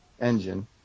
engine